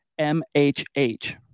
MHH